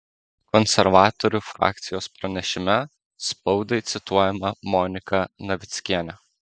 konservatorių frakcijos pranešime spaudai cituojama monika navickienė